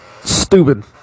stupid